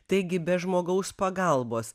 taigi be žmogaus pagalbos